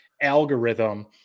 algorithm